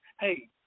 hey